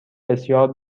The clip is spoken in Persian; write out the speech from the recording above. بسیار